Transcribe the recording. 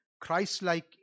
Christ-like